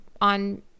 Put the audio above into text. on